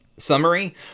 Summary